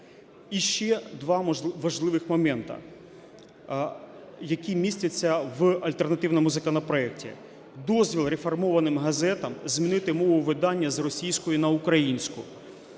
І ще два важливих моменти, які містяться в альтернативному законопроекті. Дозвіл реформованим газетам змінити мову видання з російської на українську.